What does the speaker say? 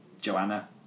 joanna